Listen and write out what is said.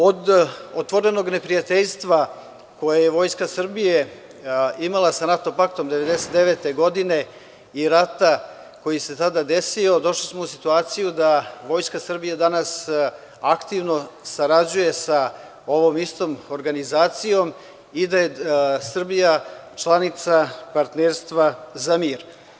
Od otvorenog neprijateljstva koje je Vojska Srbije imala sa NATO paktom 1999. godine i rata koji se tada desio, došli smo u situaciju da Vojska Srbije danas aktivno sarađuje sa ovom istom organizacijom i da je Srbija članica partnerstva za mir.